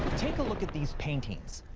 take a look at these paintings.